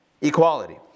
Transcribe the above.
Equality